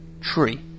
tree